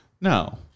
No